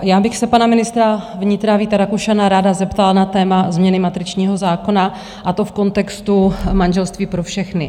Já bych se pana ministra vnitra Víta Rakušana ráda zeptala na téma změny matričního zákona, a to v kontextu manželství pro všechny.